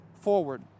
forward